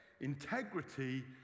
integrity